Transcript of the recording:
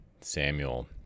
Samuel